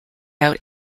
out